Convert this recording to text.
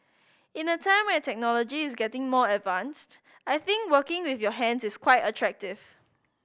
in a time where technology is getting more advanced I think working with your hands is quite attractive